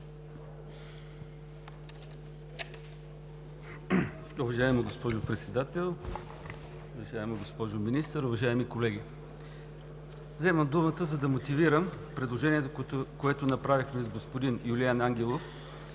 Уважаема госпожо Председател, уважаема госпожо Министър, уважаеми колеги! Вземам думата, за да мотивирам предложението, което направихме с господин Юлиан Ангелов